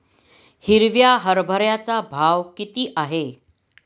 हिरव्या हरभऱ्याचा भाव किती आहे?